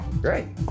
Great